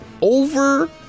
Over